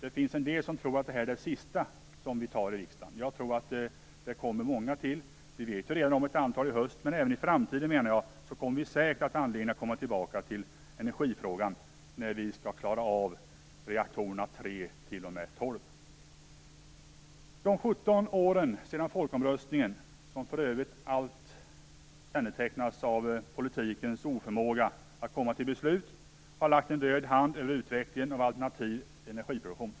En del tror att detta är det sista beslut som vi fattar i riksdagen. Jag tror att det kommer många fler. Vi vet redan att det kommer ett antal i höst, men jag menar att vi även i framtiden säkert kommer att ha anledning att komma tillbaka till energifrågan - när vi skall klara av reaktorerna tre t.o.m. De 17 åren sedan folkomröstningen, som för övrigt kännetecknas av politikens oförmåga att komma till beslut, har lagt en död hand över utvecklingen av alternativ energiproduktion.